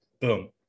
Boom